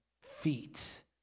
feet